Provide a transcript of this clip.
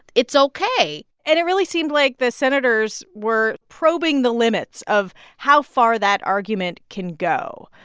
it's ok and it really seemed like the senators were probing the limits of how far that argument can go.